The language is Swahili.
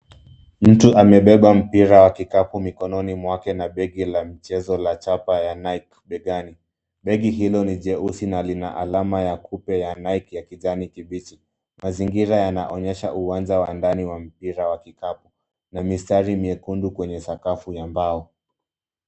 Mtu amebeba mpira wa kikapu mikononi mwake na begi ya chapa ya Nike begani mwake. Begi hilo ni jeusi na lina alama ya kupe ya Nike ya kijani kibichi. Mazingira yanaonyesha uwanja wa ndani wa mpira wa kikapu na mistari miekundu kwenye sakafu ya mbao.